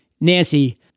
Nancy